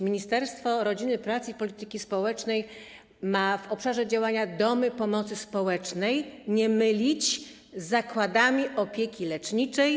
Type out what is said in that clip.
Ministerstwo Rodziny, Pracy i Polityki Społecznej ma w obszarze działania domy pomocy społecznej, nie mylić z zakładami opieki leczniczej.